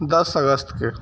دس اگست کے